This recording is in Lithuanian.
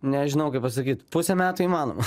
nežinau kaip pasakyt pusę metų įmanoma